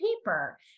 paper